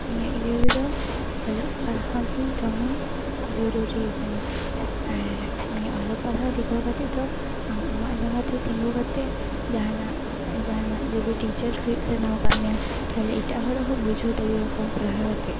ᱱᱤᱭᱟᱹ ᱤᱭᱟᱹ ᱨᱮᱫᱚ ᱚᱞᱚᱜ ᱯᱟᱲᱦᱟᱣ ᱜᱮ ᱫᱚᱢᱮ ᱡᱚᱨᱩᱨᱤᱭ ᱠᱟᱱᱟ ᱟᱨ ᱱᱤᱭᱟᱹ ᱚᱞᱚᱜ ᱯᱟᱲᱦᱟᱣ ᱥᱤᱠᱟᱹᱣ ᱠᱟᱛᱮᱫ ᱫᱚ ᱟᱢ ᱟᱢᱟᱜ ᱡᱟᱸᱜᱟᱛᱮ ᱛᱤᱸᱜᱩ ᱠᱟᱛᱮᱫ ᱡᱟᱦᱟᱱᱟᱜ ᱡᱟᱦᱟᱱᱟᱜ ᱡᱩᱫᱤ ᱴᱤᱪᱟᱨ ᱦᱩᱭᱩᱜ ᱥᱟᱱᱟᱣ ᱠᱟᱫ ᱢᱮᱭᱟ ᱛᱟᱦᱞᱮ ᱮᱴᱟᱜ ᱦᱚᱲ ᱦᱚᱸ ᱵᱩᱡᱷᱟᱹᱣ ᱫᱟᱲᱮᱭᱟᱠᱚᱣᱟᱢ ᱯᱟᱲᱦᱟᱣ ᱠᱟᱛᱮ